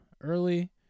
early